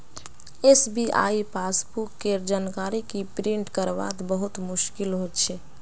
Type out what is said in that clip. SBI passbook केर जानकारी क प्रिंट करवात बहुत मुस्कील हो छे